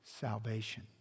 salvation